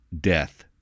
death